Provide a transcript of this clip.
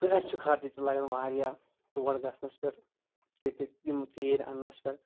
تہٕ اَسہِ چھُ خرچہِ تہِ لَگَان واریاہ تور گَژھنَس پٮ۪ٹھ ییٚتہِ یِم تیٖرۍ اَننَس پٮ۪ٹھ